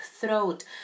throat